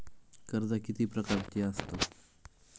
कर्जा किती प्रकारची आसतत